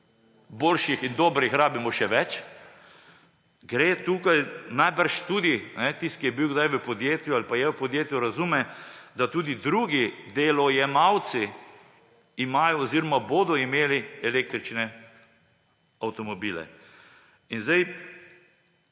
Boljših in dobrih rabimo še več. Tukaj gre najbrž tudi za to – tisti, ki je bil kdaj v podjetju ali pa je v podjetju, razume – da tudi drugi delojemalci imajo oziroma bodo imeli električne avtomobile. Če zdaj